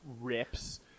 rips